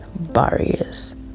barriers